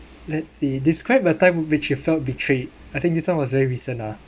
let's see describe a time of which you felt betrayed I think this one was very recent ah